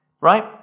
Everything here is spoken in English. right